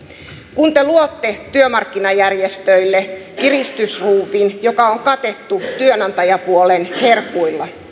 kun te luotte työmarkkinajärjestöille kiristysruuvin joka on katettu työnantajapuolen herkuilla